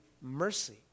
mercy